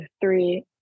three